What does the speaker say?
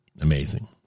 Amazing